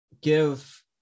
give